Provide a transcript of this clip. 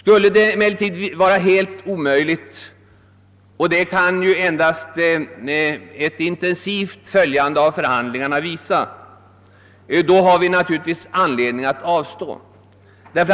Men om detta är omöjligt — och det kan man bara få någon klarhet i genom att intensivt följa förhandlingarna — har vi all anledning att avstå.